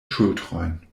ŝultrojn